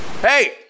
Hey